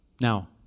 Now